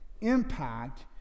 impact